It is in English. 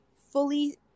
fully